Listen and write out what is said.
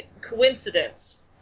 coincidence